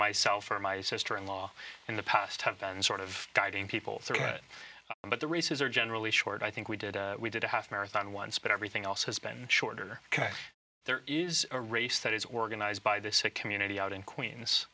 myself or my sister in law in the past have been sort of guiding people through it but the races are generally short i think we did we did a half marathon once but everything else has been shorter because there is a race that is organized by this a community out in queens